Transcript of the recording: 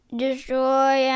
destroy